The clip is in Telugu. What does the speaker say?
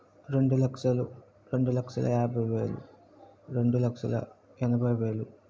రెండు లక్షలు రెండు లక్షల యాభై వేలు రెండు లక్షల ఎనభై వేలు